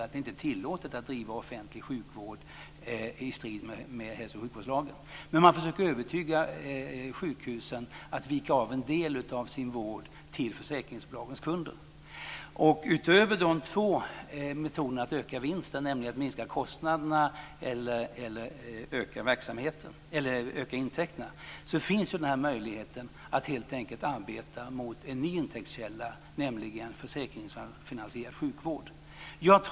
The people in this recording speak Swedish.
När det gäller de offentligt ägda sjukhusen har vi faktiskt möjlighet att sätta stopp för detta eftersom det inte är tillåtet att driva offentlig sjukvård i strid med hälsooch sjukvårdslagen. Utöver de två metoderna att öka vinsten, nämligen att minska kostnaderna eller att öka intäkterna, så finns möjligheten att helt enkelt arbeta med en ny intäktskälla, nämligen försäkringsfinansierad sjukvård.